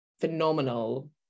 phenomenal